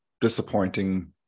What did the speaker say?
disappointing